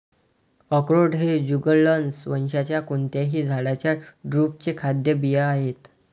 अक्रोड हे जुगलन्स वंशाच्या कोणत्याही झाडाच्या ड्रुपचे खाद्य बिया आहेत